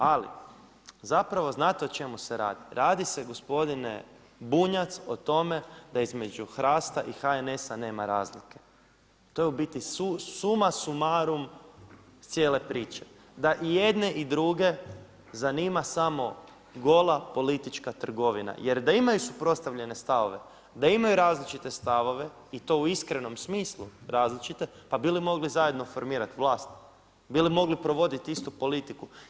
Ali zapravo znate o čemu se radi, radi se gospodine Bunjac o tome da između HRAST-a i HNS-a nema razlike, to je u biti summa summarum cijele priče, da i jedne i druge zanima samo gola politička trgovina jer da imaju suprotstavljene stavove, da imaju različite stavove i to u iskrenom smislu različite, pa bi li mogli zajedno formirati vlast, bi li mogli provoditi istu politiku?